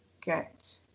get